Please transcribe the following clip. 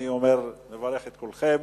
אני מברך את כולכם,